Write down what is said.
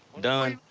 done.